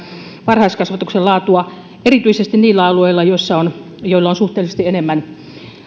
varhaiskasvatuksen laatua erityisesti niillä alueilla joilla on suhteellisesti enemmän